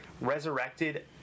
resurrected